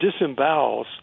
disembowels